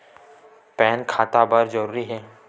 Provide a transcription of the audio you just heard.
Pan खाता बर जरूरी हे?